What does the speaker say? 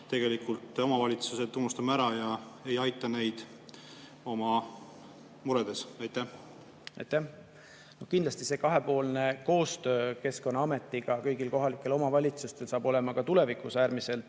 tegelikult omavalitsused unustame ära ja ei aita neid nende muredes. Aitäh! Kindlasti saab kahepoolne koostöö Keskkonnaameti ja kõigi kohalike omavalitsuste vahel olema ka tulevikus äärmiselt